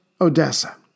Odessa